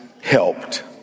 helped